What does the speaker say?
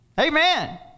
amen